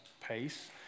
pace